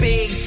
Big